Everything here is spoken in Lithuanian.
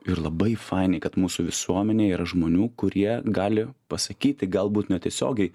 ir labai fainiai kad mūsų visuomenėj yra žmonių kurie gali pasakyti galbūt netiesiogiai